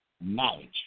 knowledge